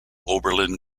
oberlin